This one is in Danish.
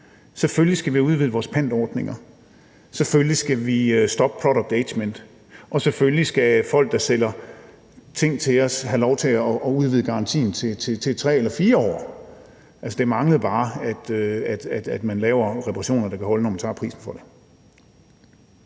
Selvfølgelig skal vi have udvidet vores pantordninger, selvfølgelig skal vi stoppe planlagt forældelse, og selvfølgelig skal folk, der sælger ting til os, have lov til at udvide garantien til 3 eller 4 år. Det manglede bare, at man laver reparationer, der kan holde, når man tager prisen for det.